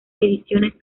ediciones